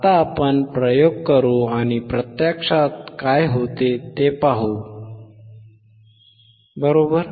आता आपण प्रयोग करू आणि प्रत्यक्षात काय होते ते पाहूया बरोबर